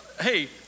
Hey